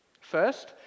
First